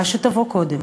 מה שתבוא קודם.